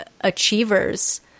achievers